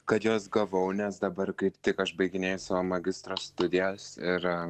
kad juos gavau nes dabar kaip tik aš baiginėju magistro studijas ir